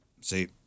See